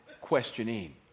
questioning